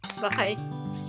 Bye